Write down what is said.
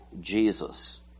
Jesus